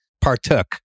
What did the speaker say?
partook